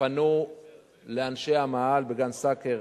פנו לאנשי המאהל בגן-סאקר.